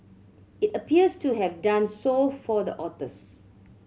it appears to have done so for the authors